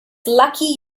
lucky